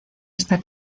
esta